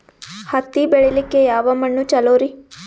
ಹತ್ತಿ ಬೆಳಿಲಿಕ್ಕೆ ಯಾವ ಮಣ್ಣು ಚಲೋರಿ?